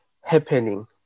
happening